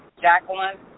Jacqueline